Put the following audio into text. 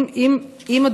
אה, וואו, אוקיי.